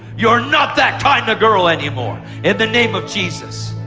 you are not that kind of girl anymore, in the name of jesus.